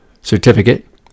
certificate